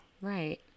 Right